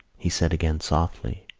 he said again, softly